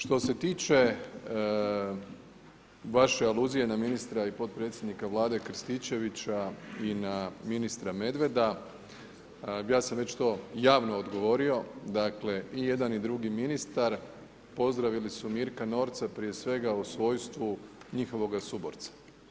Što se tiče vaše aluzije na ministra i potpredsjednika Vlade Krstičevića i na ministra Medveda, ja sam već to javno odgovorio, dakle i jedan i drugi ministar pozdravili su Mirka Norca prije svega u svojstvu njihovoga suborca.